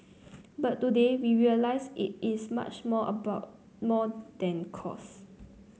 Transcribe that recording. but today we realise it is much more about more than cost